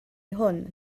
hwn